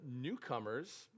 newcomers